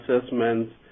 assessments